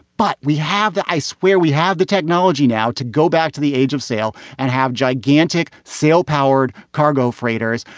but we have to i swear, we have the technology now to go back to the age of sail and have gigantic sail powered cargo freighters.